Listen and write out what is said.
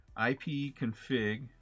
ipconfig